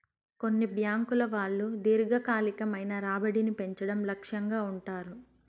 కొన్ని బ్యాంకుల వాళ్ళు దీర్ఘకాలికమైన రాబడిని పెంచడం లక్ష్యంగా ఉంటారు